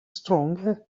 stronger